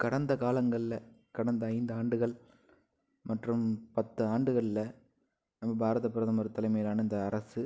கடந்த காலங்களில் கடந்த ஐந்து ஆண்டுகள் மற்றும் பத்து ஆண்டுகளில் நமது பாரத பிரதமர் தலைமையில் நடந்த அரசு